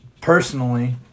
personally